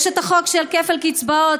יש חוק של כפל קצבאות,